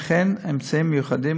וכן אמצעים מיוחדים,